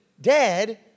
dead